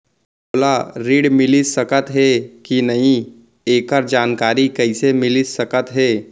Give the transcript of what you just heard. मोला ऋण मिलिस सकत हे कि नई एखर जानकारी कइसे मिलिस सकत हे?